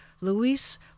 Luis